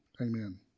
Amen